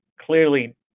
clearly